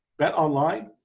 BetOnline